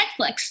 Netflix